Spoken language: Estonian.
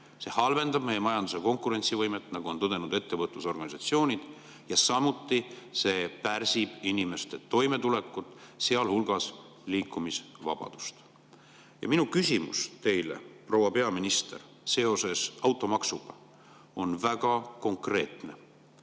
See halvendab meie majanduse konkurentsivõimet, nagu on tõdenud ettevõtlusorganisatsioonid. Samuti pärsib see inimeste toimetulekut, sealhulgas liikumisvabadust. Minu küsimus teile, proua peaminister, seoses automaksuga on väga konkreetne: